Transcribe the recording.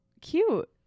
cute